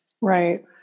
right